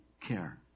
care